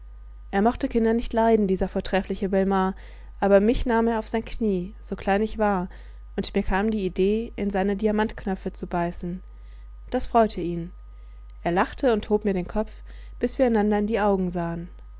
er mochte kinder nicht leiden dieser vortreffliche belmare aber mich nahm er auf sein knie so klein ich war und mir kam die idee in seine diamantknöpfe zu beißen das freute ihn er lachte und hob mir den kopf bis wir einander in die augen sahen